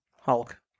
Hulk